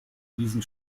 diesen